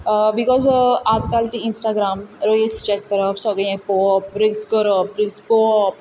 because आजकालचे Instagram check करप सगळें हें पळोवप रिल्स करप रिल्स पळोवप